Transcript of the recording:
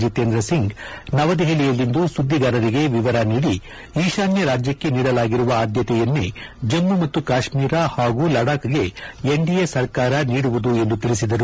ಜಿತೇಂದ್ರ ಸಿಂಗ್ ನವದೆಹಲಿಯಲ್ಲಿಂದು ಸುದ್ದಿಗಾರರಿಗೆ ವಿವರ ನೀಡಿ ಈಶಾನ್ವ ರಾಜ್ವಕ್ಕೆ ನೀಡಲಾಗಿರುವ ಆದ್ದತೆಯನ್ನು ಜಮ್ಮ ಮತ್ತು ಕಾಶ್ವೀರ ಹಾಗೂ ಲಡಾಕ್ಗೆ ಎನ್ಡಿಎ ಸರ್ಕಾರ ನೀಡುವುದು ಎಂದು ಹೇಳಿದರು